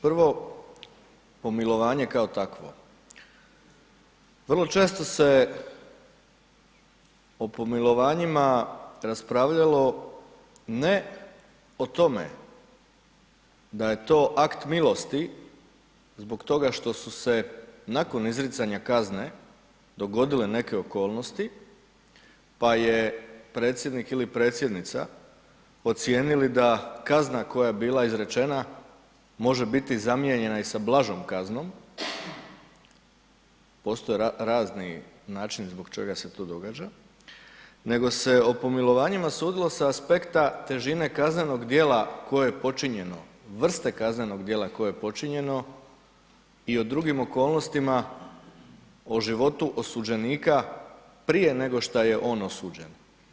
Prvo pomilovanje kao takvo, vrlo često se o pomilovanjima raspravljalo ne o tome da je to akt milosti zbog toga što su se nakon izricanja kazne dogodile neke okolnosti pa je predsjednik ili predsjednica ocijenili da kazna koja je bila izrečena može biti zamijenjena i sa blažom kaznom, postoje razni načini zbog čega se to događa, nego se o pomilovanjima sudilo sa aspekta težine kaznenog djela koje je počinjeno, vrste kaznenog djela koje je počinjeno i o drugim okolnostima o životu osuđenika prije nego šta je on osuđen.